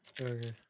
Okay